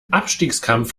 abstiegskampf